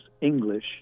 English